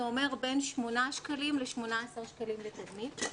זה אומר בין שמונה שקלים ל-18 שקלים לתלמיד.